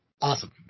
awesome